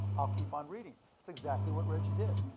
i'll keep on reading. that's exactly what reggie did.